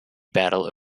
battle